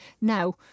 Now